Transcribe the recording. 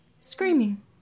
screaming